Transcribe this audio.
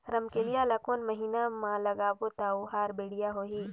रमकेलिया ला कोन महीना मा लगाबो ता ओहार बेडिया होही?